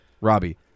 Robbie